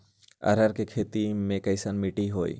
अरहर के खेती मे कैसन मिट्टी होइ?